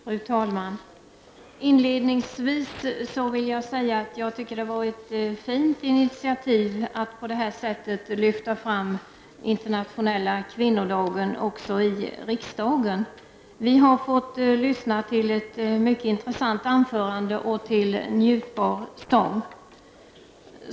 Fru talman! Inledningsvis vill jag säga att jag tycker att det var ett fint initiativ att på detta sätt lyfta fram internationella kvinnodagen också i riksdagen. Vi har fått lyssna till ett mycket intressant anförande och till njutbar sång.